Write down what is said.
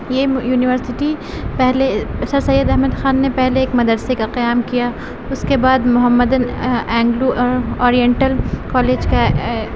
یہ یونیورسٹی پہلے سر سید احمد خان نے پہلے ایک مدرسے کا قیام کیا اس کے بعد محمدن اینگلو اورینٹل کالج کا